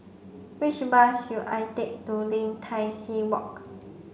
which bus should I take to Lim Tai See Walk